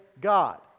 God